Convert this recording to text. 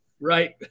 right